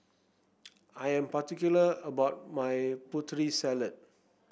I am particular about my Putri Salad